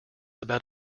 about